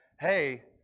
hey